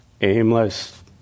aimless